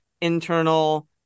internal